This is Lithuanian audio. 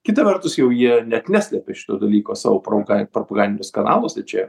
kita vertus jau jie net neslėpė šito dalyko savo proga propagandiniuose kanaluose čia